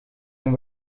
een